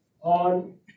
on